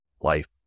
life